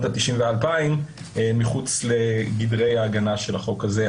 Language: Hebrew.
ה-90' וה-2000 מחוץ לגדרי ההגנה של החוק הזה.